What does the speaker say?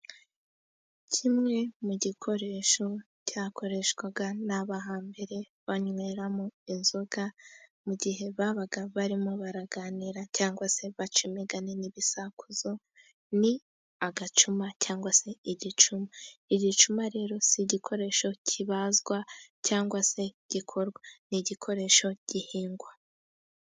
Kimwe mu gikoresho cyakoreshwaga naba hambere banyweramo inzoga mu gihe babaga barimo baraganira cyangwa se baca imigani n'ibisakuzo. Ni agacuma cyangwa se igicuma, igicuma rero si igikoresho kibazwa cyangwa se gikorwa, ni igikoresho gihingwa.